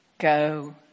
Go